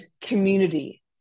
community